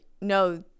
no